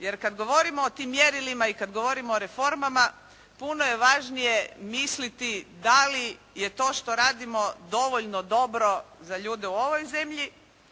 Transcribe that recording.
Jer kad govorimo o tim mjerilima i kad govorimo o reformama puno je važnije misliti da li je to što radimo dovoljno dobro za ljude u ovoj zemlji